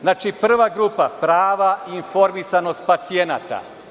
Znači, prva grupa, prava informisanost pacijenata.